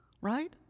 right